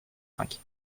cinq